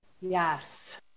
Yes